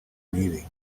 meeting